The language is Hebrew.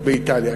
באיטליה,